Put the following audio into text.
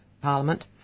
parliament